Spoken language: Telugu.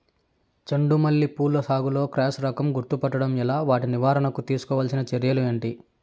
చెండు మల్లి పూల సాగులో క్రాస్ రకం గుర్తుపట్టడం ఎలా? వాటి నివారణకు తీసుకోవాల్సిన చర్యలు ఏంటి?